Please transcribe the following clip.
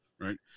Right